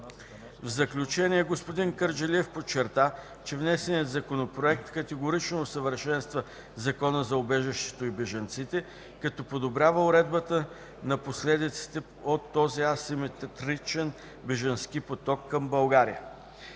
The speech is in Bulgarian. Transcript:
В заключение, господин Кърджалиев подчерта, че внесеният законопроект категорично усъвършенства Закона за убежището и бежанците, като подобрява уредбата на последиците от този асиметричен бежански поток към България.